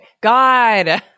God